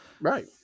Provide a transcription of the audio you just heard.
right